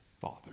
Father